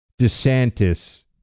DeSantis